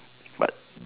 but